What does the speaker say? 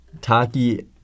Taki